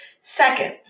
second